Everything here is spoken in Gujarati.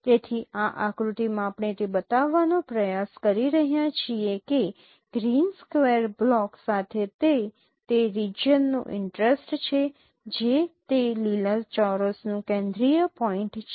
તેથી આ આકૃતિમાં આપણે તે બતાવવાનો પ્રયાસ કરી રહ્યા છીએ કે ગ્રીન સ્ક્વેર બ્લોક સાથે તે તે રિજિયન નો ઇન્ટરેસ્ટ છે જે તે લીલા ચોરસનું કેન્દ્રિય પોઈન્ટ છે